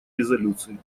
резолюции